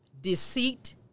deceit